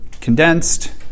condensed